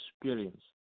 experience